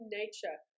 nature